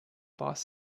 boss